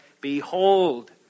behold